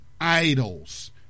idols